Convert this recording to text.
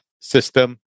system